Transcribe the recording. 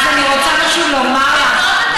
אז אני רוצה משהו לומר לך,